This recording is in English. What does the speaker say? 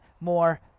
more